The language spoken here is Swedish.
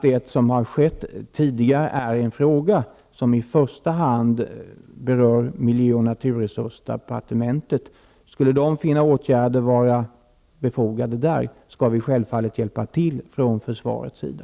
Det som har skett tidigare berör i första hand miljöoch resursdepartementet. Skulle man där finna åtgärder befogade, skall vi självfallet hjälpa till från försvarets sida.